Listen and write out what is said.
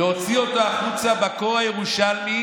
להוציא אותו החוצה בקור הירושלמי